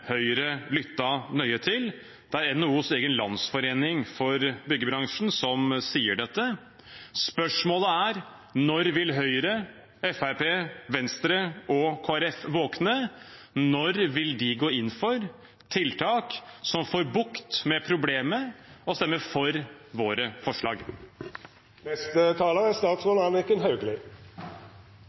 Høyre ha lyttet nøye til. Det er NHOs egen landsforening for byggebransjen som sier dette. Spørsmålet er: Når vil Høyre, Fremskrittspartiet, Venstre og Kristelig Folkeparti våkne? Når vil de gå inn for tiltak som får bukt med problemet, og stemme for våre